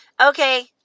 okay